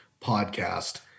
podcast